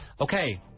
Okay